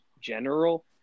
General